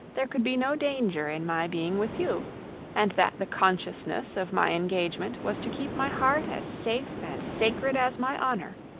there could be no danger in my being with you and that the consciousness of my engagement was to keep my heart as safe and sacred as my honour.